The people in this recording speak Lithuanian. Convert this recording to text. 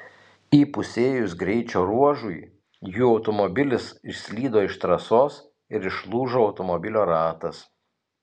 įpusėjus greičio ruožui jų automobilis išslydo iš trasos ir išlūžo automobilio ratas